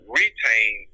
retain